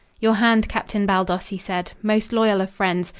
your hand, captain baldos, he said. most loyal of friends.